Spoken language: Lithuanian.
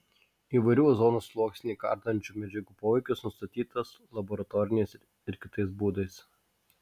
įvairių ozono sluoksnį ardančių medžiagų poveikis nustatytas laboratoriniais ir kitais būdais